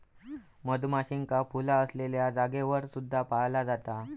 मधमाशींका फुला असलेल्या जागेवर सुद्धा पाळला जाता